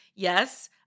Yes